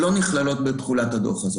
שלא נכללים בדוח הזה.